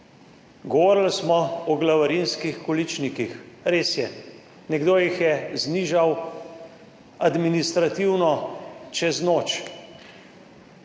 Govorili smo o glavarinskih količnikih. Res je, nekdo jih je administrativno znižal